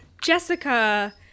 Jessica